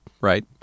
right